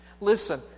Listen